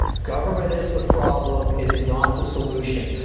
government is the problem, it is not the solution.